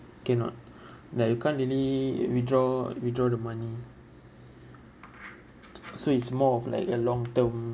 cannot like you can't really uh withdraw withdraw the money so it's more of like a long term